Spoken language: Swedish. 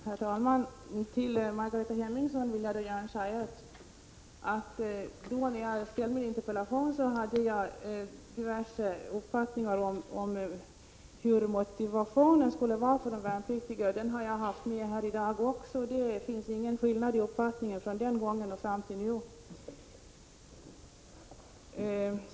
Herr talman! Till Margareta Hemmingsson vill jag gärna säga att jag när jag framställde min interpellation hade diverse uppfattningar om de värnpliktigas motivation. Den saken har jag talat om i dag också. Jag har inte ändrat mig från den gången och fram tills nu.